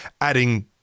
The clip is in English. adding